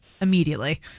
immediately